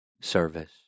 service